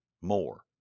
more